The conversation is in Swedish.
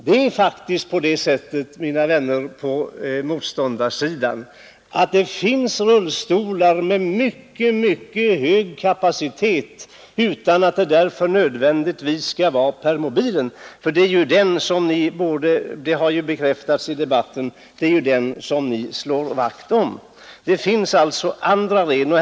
Det finns emellertid, mina vänner på motståndarsidan, andra rullstolar än permobilen som har mycket, mycket hög kapacitet. Det är — detta har bekräftats i debatten — permobilen som ni slår vakt om, men det finns alltså andra jämförbara hjälpmedel.